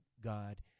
God